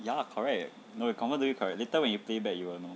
ya correct leh you confirm do it correct later when you play back you will know